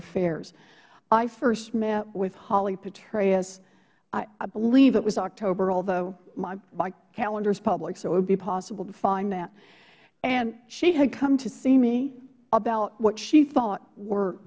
affairs i first met with holly petraeush i believe it was october although my calendar is public so it would be possible to find that and she had come to see me about what she thought were